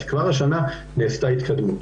אז כבר השנה נעשתה התקדמות.